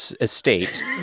estate